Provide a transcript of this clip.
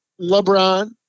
LeBron